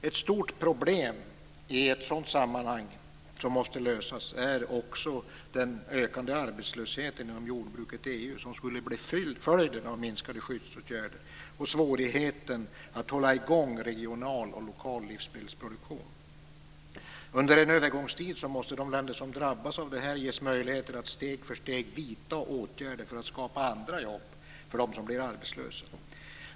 Ett stort problem som måste lösas i ett sådant sammanhang, är också den ökande arbetslöshet inom jordbruket i EU som skulle bli följden av minskade skyddsåtgärder och svårigheten att hålla i gång regional och lokal livsmedelsproduktion. Under en övergångstid måste de länder som drabbas av det här ges möjligheter att steg för steg vidta åtgärder för att skapa andra jobb för dem som blir arbetslösa.